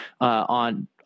on